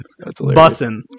Bussin